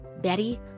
Betty